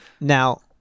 Now